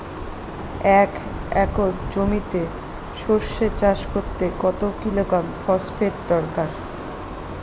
এক একর জমিতে সরষে চাষ করতে কত কিলোগ্রাম ফসফেট দরকার?